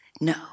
no